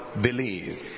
believe